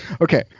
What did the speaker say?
okay